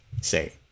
say